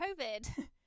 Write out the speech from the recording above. COVID